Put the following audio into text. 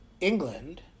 England